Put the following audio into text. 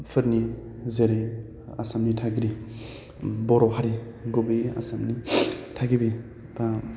फोरनि जेरै आसामनि थागिरि उम बर' हारि गुबैयै आसामनि थागिबि